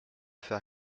fait